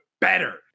better